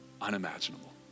unimaginable